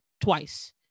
twice